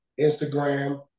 Instagram